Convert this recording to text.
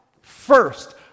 First